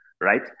right